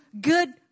good